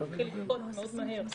זה התחיל לגדול מאוד מהר.